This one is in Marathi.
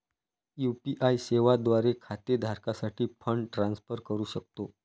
यू.पी.आय सेवा द्वारे खाते धारकासाठी फंड ट्रान्सफर करू शकतो